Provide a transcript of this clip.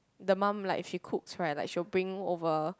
the mum like she cooks right like she will bring over